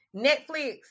Netflix